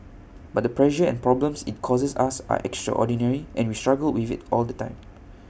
but the pressure and problems IT causes us are extraordinary and we struggle with IT all the time